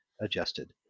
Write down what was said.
adjusted